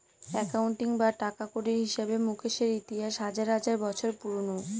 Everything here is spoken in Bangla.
একাউন্টিং বা টাকাকড়ির হিসাবে মুকেশের ইতিহাস হাজার হাজার বছর পুরোনো